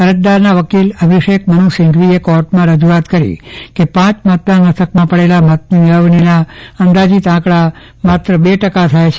અરજદારના વકીલ અભિષેક મનુ સિંઘવીએ કોર્ટમાં રજૂઆત કરી હતી કે પાંચ મતદાન મથકમાં પડેલા મતની મેળવણીના અંદાજીત આંકડા માત્ર બે ટકા થાય છે